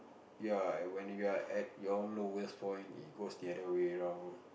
ya when you're at your lowest point it goes the other way round